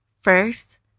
first